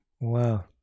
Wow